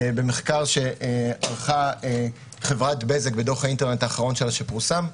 במחקר שערכה חברת בזק בדוח האינטרנט האחרון שלה שפורסם,